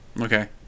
okay